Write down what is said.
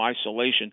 isolation